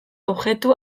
objektu